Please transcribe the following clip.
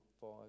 five